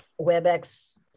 WebEx